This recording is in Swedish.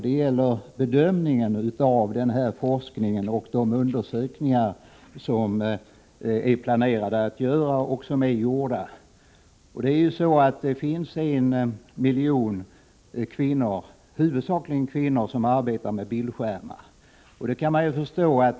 Det gäller bedömningen av forskningen, de undersökningar som är planerade och de undersökningar som är gjorda. Det finns en miljon människor — huvudsakligen kvinnor — som arbetar med bildskärmar.